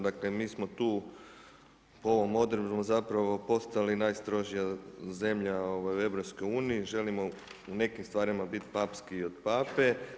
Dakle mi smo tu po ovom odredbom postali najstrožija zemlja u EU, želimo u nekim stvarima biti papskiji od Pape.